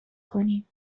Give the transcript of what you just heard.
کنین